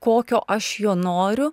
kokio aš jo noriu